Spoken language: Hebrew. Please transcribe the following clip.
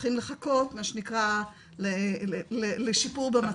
צריכים לחכות מה שנקרא לשיפור במצב שלו.